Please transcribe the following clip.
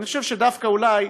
ואני חושב שדווקא אולי,